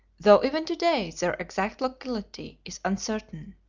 though even to-day their exact locality is uncertain.